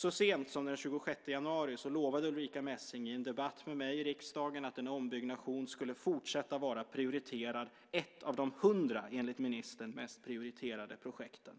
Så sent som den 26 januari lovade Ulrica Messing i en debatt med mig i riksdagen att en ombyggnation skulle fortsätta att vara prioriterad, enligt ministern ett av de 100 mest prioriterade projekten.